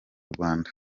rwanda